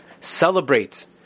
celebrate